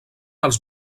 als